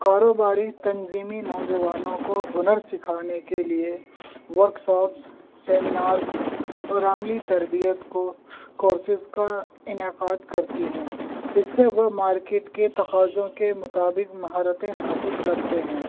کاروباری تنظیمی نوجوانوں کو ہنر سکھانے کے لیے ورکساپس سیمینارز اور عملی تربیت کو کورسز کا انعقاد کرتی ہیں اس سے وہ مارکیٹ کے تقاضوں کے مطابق مہارتیں حاصل کرتے ہیں